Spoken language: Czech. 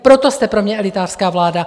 Proto jste pro mě elitářská vláda.